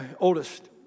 oldest